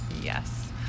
yes